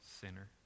sinner